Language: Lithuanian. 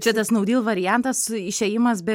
čia tas nau dyl variantas išėjimas be